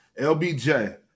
LBJ